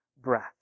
breath